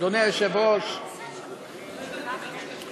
מי שאני אקרא בשמו ולא יהיה פה מפסיד את התור